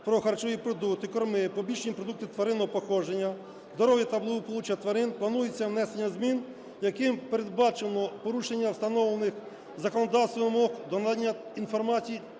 про харчові продукти, корми, побічні продукти тваринного походження, здоров'я та благополуччя тварин" планується внесення змін, якими передбачено порушення встановлених законодавством вимог до надання інформації